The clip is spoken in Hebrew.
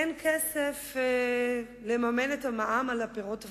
אין כסף לממן את המע"מ על הפירות והירקות.